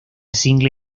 single